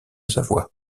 savoie